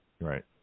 Right